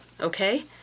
okay